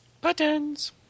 Buttons